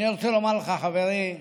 אני רוצה לומר לך, חברי אוסאמה,